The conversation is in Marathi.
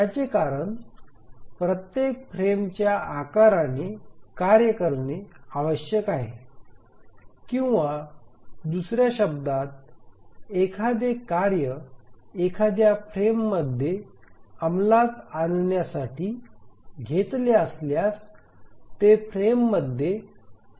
त्याचे कारण प्रत्येक फ्रेमच्या आकाराने कार्य करणे आवश्यक आहे किंवा दुसऱ्या शब्दांत एखादे कार्य एखाद्या फ्रेममध्ये अंमलात आणण्यासाठी घेतले असल्यास ते फ्रेममध्ये पूर्ण केले पाहिजे